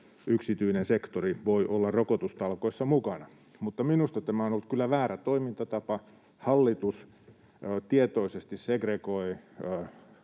yksityinen sektori voi olla rokotustalkoissa mukana. Mutta minusta tämä on ollut kyllä väärä toimintatapa. Hallitus tietoisesti segregoi